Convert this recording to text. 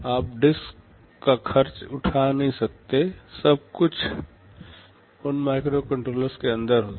आप डिस्क का खर्च नहीं उठा सकते हैं सब कुछ उस माइक्रोकंट्रोलर के अंदर होगा